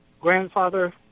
grandfather